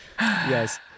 Yes